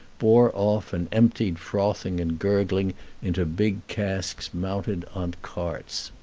bore off and emptied frothing and gurgling into big casks mounted on carts.